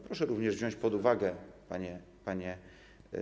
Proszę również wziąć pod uwagę, panie pośle.